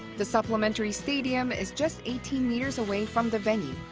the supplementary stadium is just eighteen meters away from the venue,